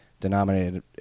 denominated